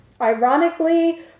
ironically